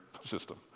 system